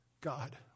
God